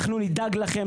אנחנו נדאג לכם,